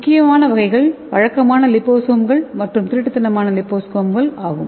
முக்கிய வகைகள் வழக்கமான லிபோசோம்கள் மற்றும் திருட்டுத்தனமான லிபோசோம்கள் ஆகும்